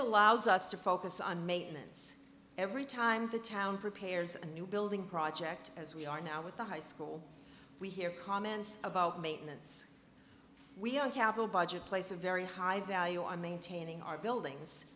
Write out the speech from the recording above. allows us to focus on making minutes every time the town prepares a new building project as we are now with the high school we hear comments about maintenance we on capital budget place a very high value on maintaining our buildings